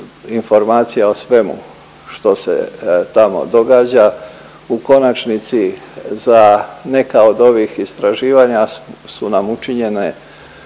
informacija o svemu što se tamo događa. U konačnici za neka od ovih istraživanja su nam učinjene